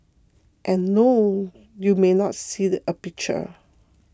and no you may not see the a picture